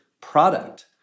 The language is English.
product